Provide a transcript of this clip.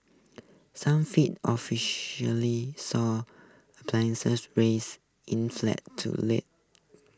some fed officially saw risk inflate to lag